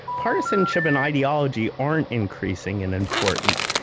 partisanship and ideology aren't increasing in importance.